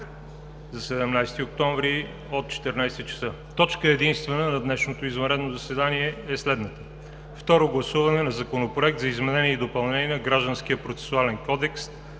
– 17 октомври, от 14,00 ч. Точка единствена на днешното извънредно заседание е следната: Второ гласуване на Законопроекта за изменение и допълнение на Гражданския процесуален кодекс